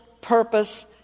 purpose